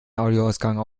audioausgang